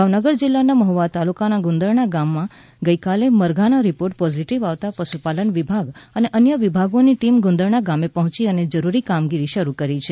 ભાવનગર જિલ્લાનાં મહવા તાલુકાનાં ગુંદરણા ગામમાં ગઇકાલે મરઘાના રિપોર્ટ પોઝીટીવ આવતા પશુપાલન વિભાગ અને અન્ય વિભાગોની ટીમ ગુંદરણા ગામે પહોંચી છે અને જરુરી કામગીરી શરુ કરી છે